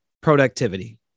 productivity